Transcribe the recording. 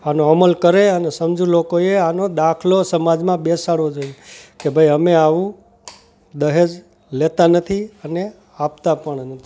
આનો અમલ કરે અને સમજુ લોકોએ આનો દાખલો સમાજમાં બેસાડવો જોઈએ કે ભાઈ અમે આવું દહેજ લેતા નથી અને આપતા પણ નથી